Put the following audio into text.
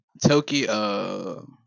Tokyo